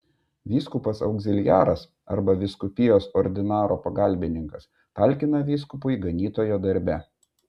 vyskupas augziliaras arba vyskupijos ordinaro pagalbininkas talkina vyskupui ganytojo darbe